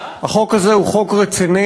החוק הזה הוא חוק רציני,